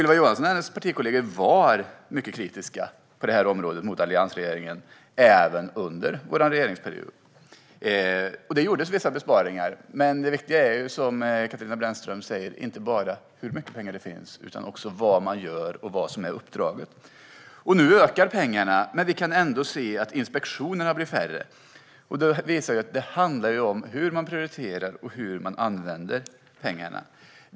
Ylva Johansson och hennes partikollegor var mycket kritiska mot alliansregeringen även under vår regeringsperiod. Det gjordes vissa besparingar, men det viktiga är ju, som Katarina Brännström sa, inte bara hur mycket pengar det finns utan också vad man gör och vad som är uppdraget. Nu ökar pengarna, men vi kan ändå se att inspektionerna blir färre. Detta visar att det handlar om hur man prioriterar och hur man använder pengarna.